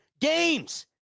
games